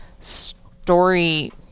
story